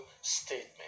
statement